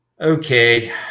Okay